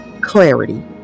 Clarity